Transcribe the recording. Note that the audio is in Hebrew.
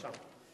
כן, בבקשה.